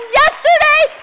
yesterday